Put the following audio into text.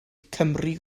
cymru